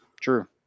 True